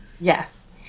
Yes